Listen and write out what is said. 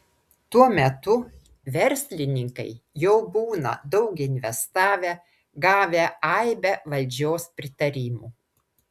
tuo metu verslininkai jau būna daug investavę gavę aibę valdžios pritarimų